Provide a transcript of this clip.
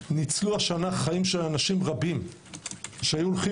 ניצלו השנה חיים של אנשים רבים שהיו הולכים